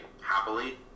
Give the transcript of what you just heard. happily